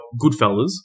Goodfellas